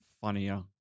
funnier